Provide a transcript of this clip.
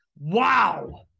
wow